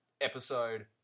Episode